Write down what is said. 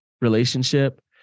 relationship